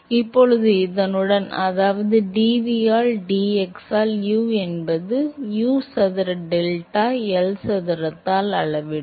எனவே இப்போது இதனுடன் அதாவது d v ஆல் d x ஆல் u என்பது உண்மையில் U சதுர டெல்டாவை L சதுரத்தால் அளவிடும்